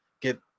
get